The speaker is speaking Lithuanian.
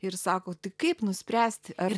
ir sako tai kaip nuspręsti ar